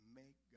make